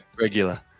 regular